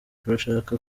turashaka